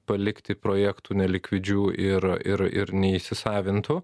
palikti projektų nelikvidžių ir ir ir neįsisavintų